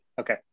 Okay